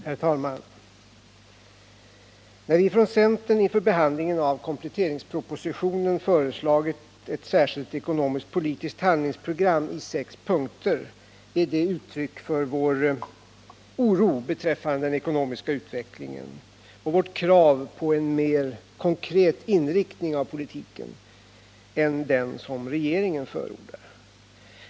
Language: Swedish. Herr talman! När vi från centern inför behandlingen av kompletteringspropositionen föreslagit ett särskilt ekonomiskt-politiskt handlingsprogram i sex punkter, är det ett uttryck för vår oro beträffande den ekonomiska utvecklingen och vårt krav på en mer konkret inriktning av politiken än regeringen förordar.